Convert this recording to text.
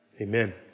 amen